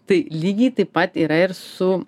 tai lygiai taip pat yra ir su